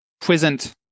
present